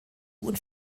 und